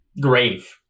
grave